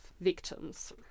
victims